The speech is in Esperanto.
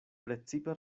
precipe